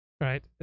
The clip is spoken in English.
right